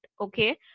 okay